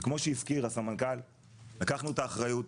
וכמו שהזכיר הסמנכ"ל לקחנו את האחריות,